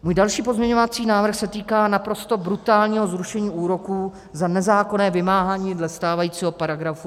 Můj další pozměňovací návrh se týká naprosto brutálního zrušení úroků za nezákonné vymáhání dle stávajícího § 254.